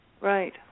Right